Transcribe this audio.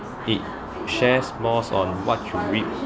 it shares more on what you reap